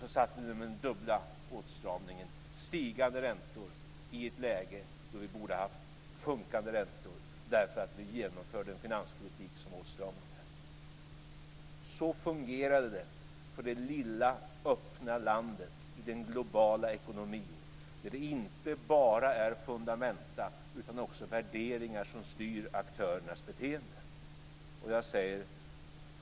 Sedan satt vi där med den dubbla åtstramningen och med stigande räntor i ett läge när vi borde haft sjunkande räntor därför att vi genomförde en finanspolitik som var åtstramande.